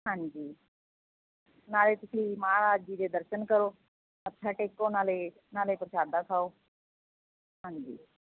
ਹਾਂਜੀ ਨਾਲੇ ਤੁਸੀਂ ਮਹਾਰਾਜ ਜੀ ਦੇ ਦਰਸ਼ਨ ਕਰੋ ਮੱਥਾ ਟੇਕੋ ਨਾਲੇ ਨਾਲੇ ਪ੍ਰਸ਼ਾਦਾ ਖਾਓ ਹਾਂਜੀ